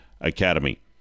Academy